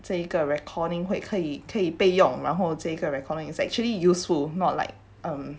这个 recording 会可以可以备用然后这个 recording is actually useful not like um